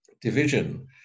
division